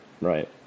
Right